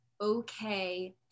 okay